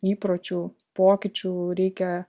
įpročių pokyčių reikia